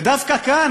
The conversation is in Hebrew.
ודווקא כאן,